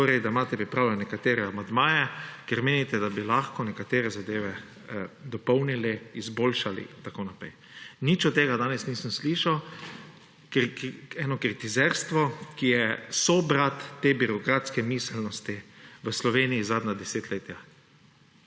torej, da imate pripravljene nekatere amandmaje, ker menite, da bi lahko nekatere zadeve dopolnili, izboljšali in tako naprej. Nič od tega danes nisem slišal, eno kritizerstvo, ki je sobrat te birokratske miselnosti v Sloveniji zadnja desetletja.